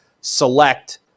select